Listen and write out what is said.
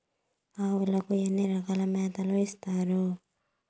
ఆవులకి ఎన్ని రకాల మేతలు ఇస్తారు?